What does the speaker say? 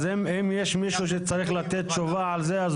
אז אם יש מישהו שצריך לתת על זה תשובה